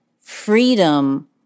freedom